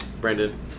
Brandon